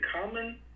common